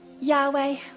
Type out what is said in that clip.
Yahweh